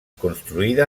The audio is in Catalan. construïda